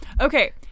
Okay